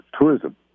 tourism